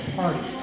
party